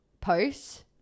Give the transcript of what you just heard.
posts